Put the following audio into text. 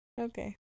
Okay